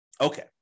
Okay